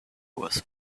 was